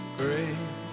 great